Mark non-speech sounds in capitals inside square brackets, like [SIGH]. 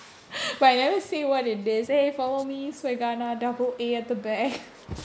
[LAUGHS] but I never say what it is eh follow me double A at the back